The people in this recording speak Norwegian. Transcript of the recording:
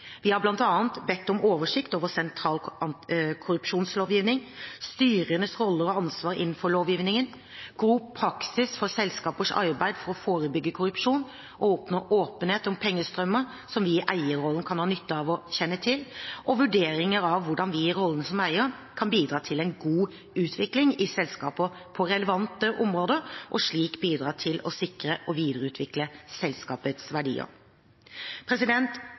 Vi har bl.a. bedt om: oversikt over sentral korrupsjonslovgivning styrenes roller og ansvar innenfor lovgivningen god praksis for selskapers arbeid for å forebygge korrupsjon og oppnå åpenhet om pengestrømmer som vi i eierrollen kan ha nytte av å kjenne til vurderinger av hvordan vi i rollen som eier kan bidra til en god utvikling i selskapene på relevante områder, og slik bidra til å sikre og videreutvikle selskapets verdier